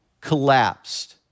Collapsed